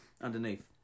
underneath